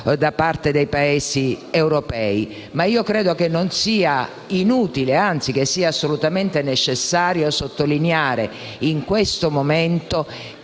grazie.